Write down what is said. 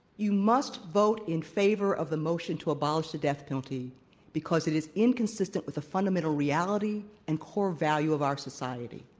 you must vote in favor of the motion to abolish the death penalty because it is inconsistent with the fundamental reality and core value of our society.